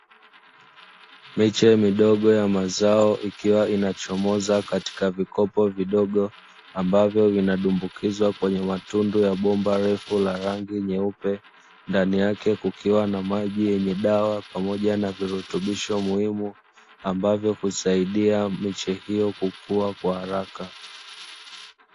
Mich midogo ya mazao ikiwa inachomoza katika vikopo vidogo, ambavyo vinadumbukizwa kwenye matundu ya bomba refu la rangi nyeupe, ndani yake kukiwa na maji yenye dawa pamoja na virutubisho muhimu ambavyo husaidia miche hiyo kukua kwa haraka.